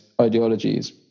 ideologies